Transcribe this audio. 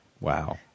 Wow